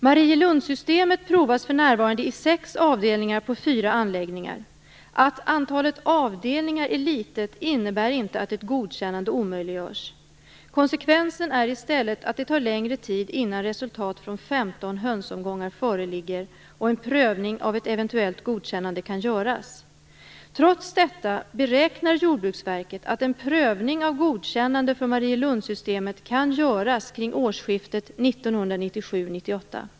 Marielundssystemet provas för närvarande i sex avdelningar på fyra anläggningar. Att antalet avdelningar är litet innebär inte att ett godkännande omöjliggörs. Konsekvensen är i stället att det tar längre tid innan resultat från 15 hönsomgångar föreligger och en prövning av ett eventuellt godkännande kan göras. Trots detta beräknar Jordbruksverket att en prövning av godkännande för Marielundssystemet kan göras kring årsskiftet 1997/98.